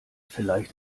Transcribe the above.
vielleicht